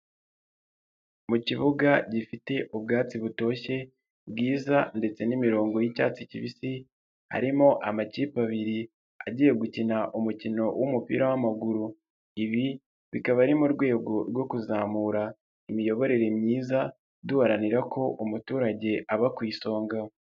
Mu kibuga gifite ubwatsi butoshye bwiza ndetse n'imirongo y'icyatsi kibisi harimo amakipe abiri, agiye gukina umukino w'umupira w'amaguru ibi bikaba ari mu rwego rwo kuzamura imiyoborere myiza duharanira ko umuturage aba ku isonga.